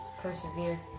Persevere